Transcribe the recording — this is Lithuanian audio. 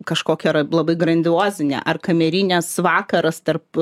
kažkokia ar blogai grandiozinė ar kamerinis vakaras tarp